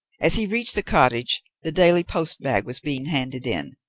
as he reached the cottage, the daily post bag was being handed in,